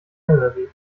elderly